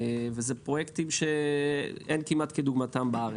אלו פרויקטים שאין כמעט כדוגמתם בארץ,